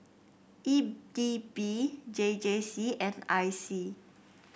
E D B J J C and I C